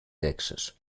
texas